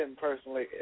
personally